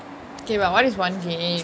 okay but what is one game